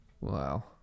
Wow